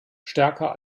stärker